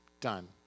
Done